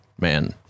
Man